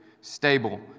stable